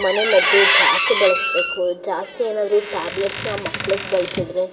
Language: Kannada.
ಮನೆ ಮದ್ದು ಜಾಸ್ತಿ ಬಳಸಬೇಕು ಜಾಸ್ತಿ ಏನಾದರೂ ಟ್ಯಾಬ್ಲೆಟ್ಸನ್ನು ಮಕ್ಳಿಗ್ ಬಳಸಿದ್ರೆ